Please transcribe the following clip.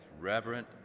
reverent